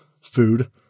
food